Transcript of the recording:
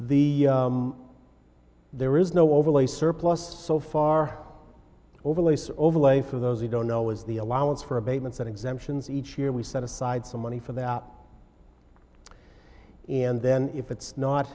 the there is no overlay surplus so far overlays overweigh for those who don't know is the allowance for abatement set exemptions each year we set aside some money for that and then if it's not